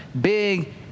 big